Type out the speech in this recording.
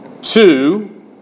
Two